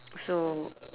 so